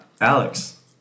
Alex